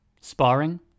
Sparring